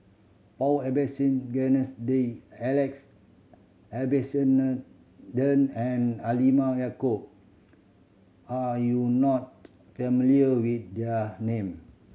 Paul Abisheganaden Alex Abisheganaden and Halimah Yacob are you not familiar with there name